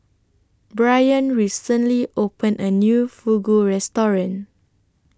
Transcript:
Brianne recently opened A New Fugu Restaurant